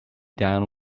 down